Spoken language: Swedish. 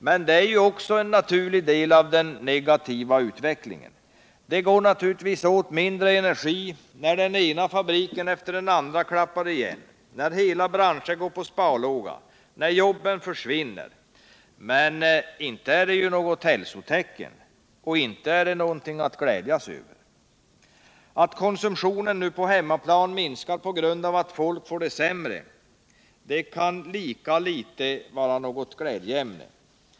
Men det är också en naturlig del av den negativa utvecklingen. Det går naturligtvis åt mindre energi när den ena fabriken efter den andra klappar igen, när hela branscher går på sparlåga och jobben försvinner. Inte är det något hälsotecken, och inte är det något att glädjas över. Att konsumtionen på hemmaplan minskar på grund av att folk får det sämre kan lika litet vara något glädjeämne.